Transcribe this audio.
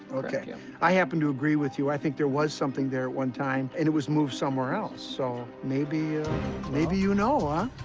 ok, i happen to agree with you. i think there was something there at one time, and it was moved somewhere else. so maybe maybe you know, huh?